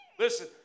Listen